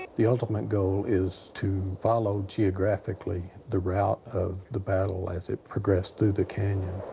the ultimate goal is to follow geographically the route of the battle as it progressed through the canyon.